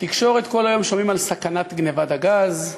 בתקשורת כל היום שומעים על סכנת גנבת הגז,